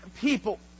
people